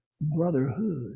brotherhood